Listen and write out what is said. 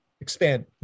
expand